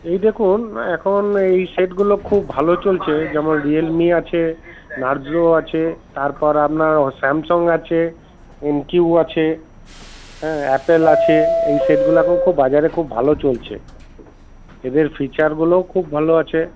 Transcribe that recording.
এই দেখুন এখন এই সেটগুলো খুব ভালো চলছে যেমন রিয়েলমি আছে নারজো আছে তারপর আপনার স্যামসং আছে এম কিউ আছে হ্যাঁ অ্যাপেল আছে এই সেটগুলো এখন খুব বাজারে এখন খুব ভালো চলছে এদের ফিচারগুলোও খুব ভালো আছে